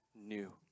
new